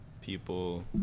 people